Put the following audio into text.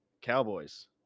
Cowboys